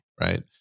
Right